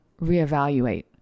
reevaluate